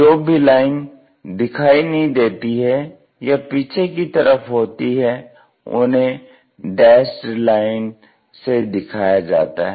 जो भी लाइन दिखाई नहीं देती है या पीछे की तरफ होती हैं उन्हें डैस्ड लाइन से दिखाया जाता है